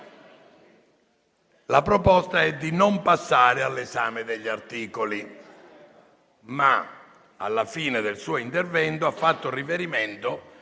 La proposta è di non passare all'esame degli articoli, ma, alla fine del suo intervento, egli ha fatto riferimento